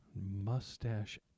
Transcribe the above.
mustache